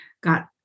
got